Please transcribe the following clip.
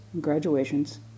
graduations